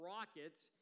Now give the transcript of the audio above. Rockets